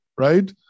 right